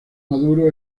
maduro